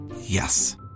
Yes